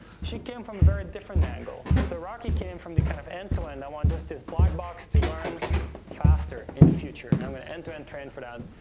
she came from a very different angle. so, rocky came from the kind of end to end. i want just this black box to learn faster in the future, and i'm gonna end to end train for that.